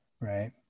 right